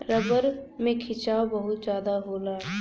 rubber में खिंचाव बहुत जादा होला